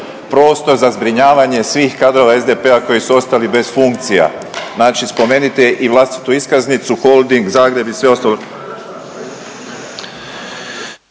prostor za zbrinjavanje svih kadrova SDP-a koji su ostali bez funkcija. Znači spomenite i vlastitu iskaznicu Holding, Zagreb i sve ostalo.